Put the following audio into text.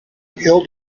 ill